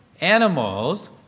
animals